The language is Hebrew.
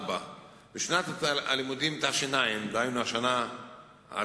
4. בשנת הלימודים תש"ע, דהיינו השנה הקרובה,